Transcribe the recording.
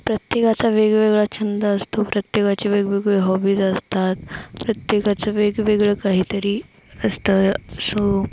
प्रत्येकाचा वेगवेगळा छंद असतो प्रत्येकाचे वेगवेगळे हॉबीज असतात प्रत्येकाचं वेगवेगळं काहीतरी असतं सो